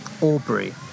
Aubrey